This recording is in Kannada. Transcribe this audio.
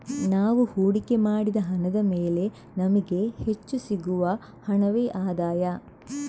ನಾವು ಹೂಡಿಕೆ ಮಾಡಿದ ಹಣದ ಮೇಲೆ ನಮಿಗೆ ಹೆಚ್ಚು ಸಿಗುವ ಹಣವೇ ಆದಾಯ